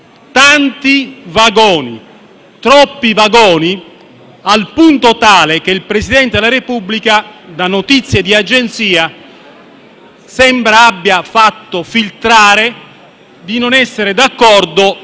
altri vagoni, troppi, al punto che il Presidente della Repubblica, da notizie di agenzia, sembra abbia fatto filtrare di non essere d'accordo